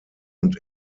und